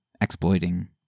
exploiting